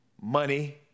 money